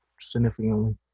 significantly